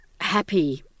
happy